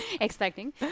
Expecting